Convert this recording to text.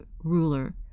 ruler